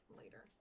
later